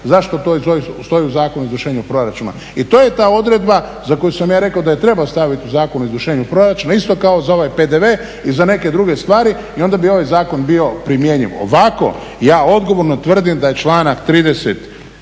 zašto to stoji u Zakonu o izvršenju proračuna. I to je ta odredba za koju sam ja rekao da je treba staviti u Zakon o izvršenju proračuna isto kao za ovaj PDV i za neke druge stvari i onda bi ovaj zakon bio primjenjiv. Ovako ja odgovorno tvrdim da je članak